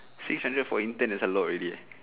six hundred for intern is a lot already